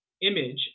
image